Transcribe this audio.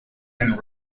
and